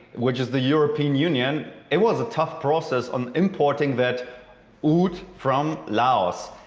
which is the european union, it was a tough process on importing that oud from laos.